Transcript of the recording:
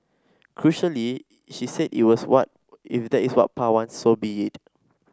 crucially she said it is what if that is what Pa wants so be it